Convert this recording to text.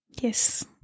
yes